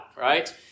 right